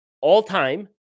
all-time